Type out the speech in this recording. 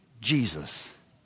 Jesus